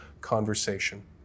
conversation